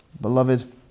Beloved